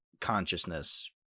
consciousness